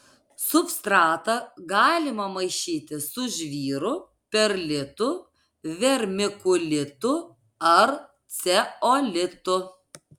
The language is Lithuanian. substratą galima maišyti su žvyru perlitu vermikulitu ar ceolitu